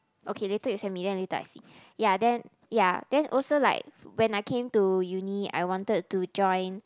okay later you send me then later I see ya then ya then also like when I came to uni I wanted to join